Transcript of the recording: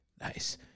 Nice